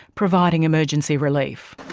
providing emergency relief.